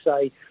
say